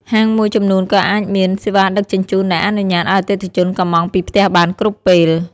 ហាងមួយចំនួនក៏អាចមាន សេវាដឹកជញ្ជូនដែលអនុញ្ញាតឲ្យអតិថិជនកម្ម៉ង់ពីផ្ទះបានគ្រប់ពេល។